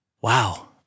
wow